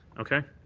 okay.